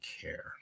care